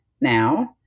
now